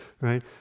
Right